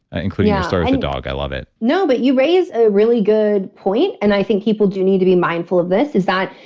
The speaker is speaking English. ah including your story of the dog. i love it no. but you raise a really good point and i think people do need to be mindful of this is that,